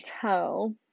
tell